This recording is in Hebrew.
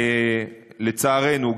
לצערנו,